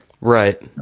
Right